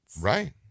Right